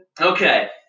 Okay